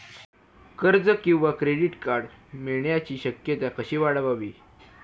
कर्ज किंवा credit card मिळण्याची शक्यता कशी वाढवावी?